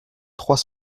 trois